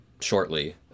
shortly